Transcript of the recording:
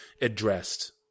addressed